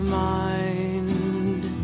mind